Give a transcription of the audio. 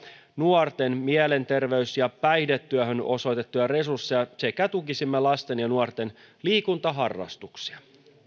nuorten mielenterveys ja päihdetyöhön osoitettuja resursseja sekä tukisimme lasten ja nuorten liikuntaharrastuksia